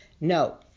No